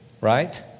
Right